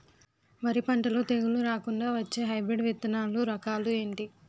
వరి పంటలో తెగుళ్లు రాకుండ వచ్చే హైబ్రిడ్ విత్తనాలు రకాలు ఏంటి?